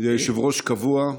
היושב-ראש קבוע,